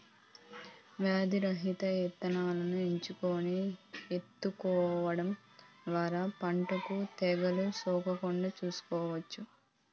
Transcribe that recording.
వ్యాధి రహిత ఇత్తనాలను ఎంచుకొని ఇత్తుకోవడం ద్వారా పంటకు తెగులు సోకకుండా చూసుకోవచ్చు